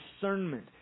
discernment